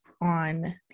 on